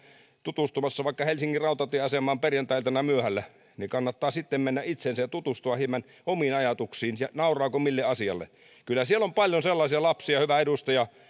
tutustumassa vaikka helsingin rautatieasemaan perjantai iltana myöhällä ja kannattaa sitten mennä itseensä ja tutustua hieman omiin ajatuksiinsa ja siihen nauraako mille asialle kyllä siellä on paljon sellaisia lapsia hyvä